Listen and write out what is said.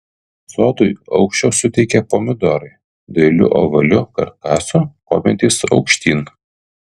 sodui aukščio suteikia pomidorai dailiu ovaliu karkasu kopiantys aukštyn